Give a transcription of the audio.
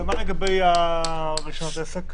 מה לגבי רישיונות עסק?